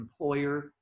employer